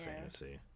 fantasy